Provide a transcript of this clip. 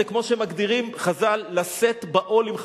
זה כמו שמגדירים חז"ל: לשאת בעול עם חברו.